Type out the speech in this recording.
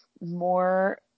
more